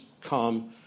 come